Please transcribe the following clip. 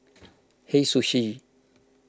Hei Sushi